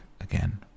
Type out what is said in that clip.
again